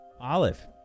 Olive